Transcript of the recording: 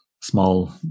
small